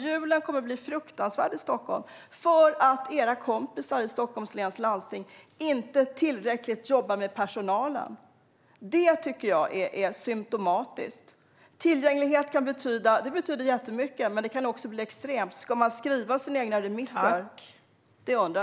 Julen kommer att bli fruktansvärd i Stockholm, därför att era kompisar i Stockholms läns landsting inte jobbar tillräckligt med personalen. Det är symtomatiskt. Tillgänglighet betyder mycket, men det kan också bli extremt. Ska man skriva sina egna remisser?